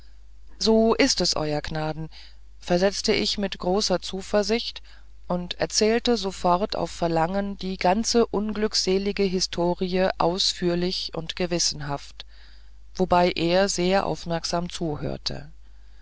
so ist es ew gnaden versetzte ich mit großer zuversicht und erzählte sofort auf verlangen die ganze unglückselige historie ausführlich und gewissenhaft wobei er sehr aufmerksam zuhörte